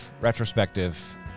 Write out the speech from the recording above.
retrospective